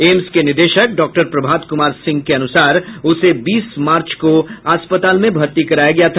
AIIMS के निदेशक doctor Prabhat Kumar Singh के अनुसार उसे बीस मार्च को अस्पताल में भर्ती कराया गया था